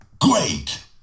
Great